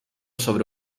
sobre